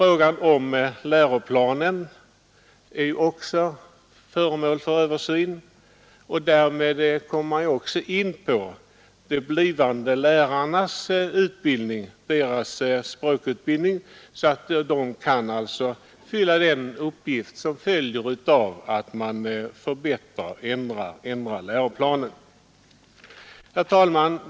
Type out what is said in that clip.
Även läroplanen är föremål för översyn, och därmed kommer man också in på frågan om att ge de blivande lärarna sådan språkutbildning att de kan fylla den uppgift som följer av den ändrade läroplanen. Herr talman!